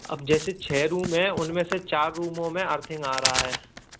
अब जैसे छः रूम हैं उनमें से चार रूमों में अर्थिंग आ रही है